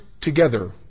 together